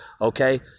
okay